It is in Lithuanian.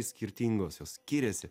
skirtingos jos skiriasi